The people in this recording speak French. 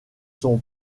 son